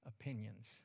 opinions